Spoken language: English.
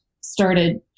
started